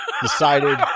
decided